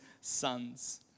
sons